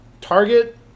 Target